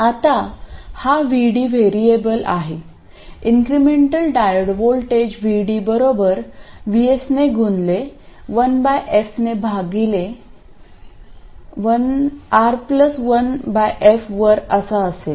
आता हा VD variable आहे इन्क्रिमेंटअल डायोड व्होल्टेज VD बरोबर VS गुणिले 1f भागिले R1f वर असा असेल